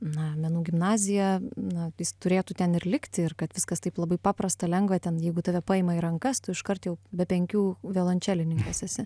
na menų gimnaziją na jis turėtų ten ir likti ir kad viskas taip labai paprasta lengva ten jeigu tave paima į rankas tu iškart jau be penkių violončelininkas esi